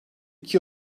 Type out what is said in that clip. iki